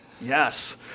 Yes